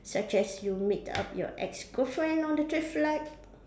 such as you meet up your ex girlfriend on the traffic light